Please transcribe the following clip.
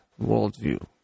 worldview